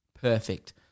Perfect